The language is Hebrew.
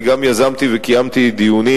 אני גם יזמתי וקיימתי דיונים,